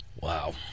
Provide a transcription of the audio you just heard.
Wow